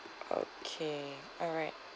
okay alright